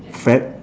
fad